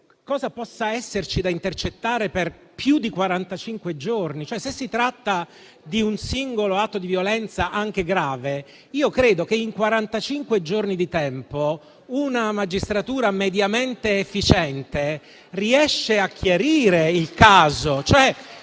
cosa possa esserci da intercettare per più di quarantacinque giorni. Se si tratta cioè di un singolo atto di violenza, anche grave, credo che in quarantacinque giorni di tempo una magistratura mediamente efficiente riesca a chiarire il caso.